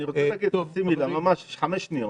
אני רוצה כמה שניות.